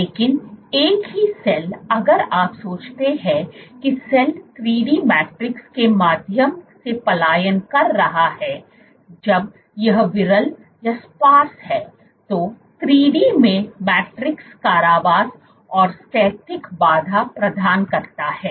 लेकिन एक ही सेल अगर आप सोचते है कि सेल 3D मैट्रिक्स के माध्यम से पलायन कर रहा है जब यह विरल है तो 3D में मैट्रिक्स कारावास और स्थैतिक बाधा प्रदान करता है